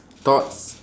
thoughts